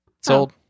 Sold